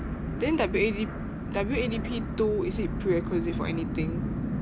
then W_A_D~ W_A_D_P two is it prerequisite for anything